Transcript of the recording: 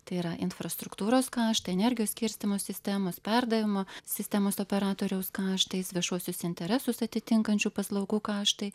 tai yra infrastruktūros kaštai energijos skirstymo sistemos perdavimo sistemos operatoriaus kaštai viešuosius interesus atitinkančių paslaugų kaštai